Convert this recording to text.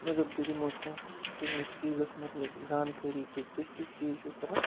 مےٚ دوٚپ بہٕ دِمو تۄہہِ تُہٕنٛدِس چیٖزَس متعلق زانکٲری کہِ تُہۍ کِتھ چیٖز چھُو کٕنان